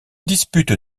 dispute